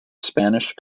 spanish